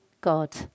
God